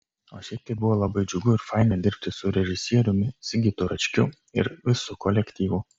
o šiaip tai buvo labai džiugu ir faina dirbti su režisieriumi sigitu račkiu ir visu kolektyvu